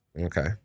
Okay